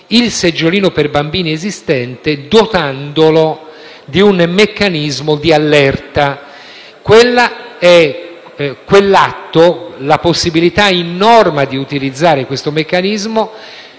i seggiolini per bambini esistenti dotandoli del meccanismo di allerta. Quell'atto, cioè la possibilità in norma di utilizzare questo meccanismo,